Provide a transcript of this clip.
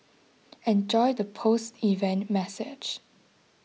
enjoy the post event massage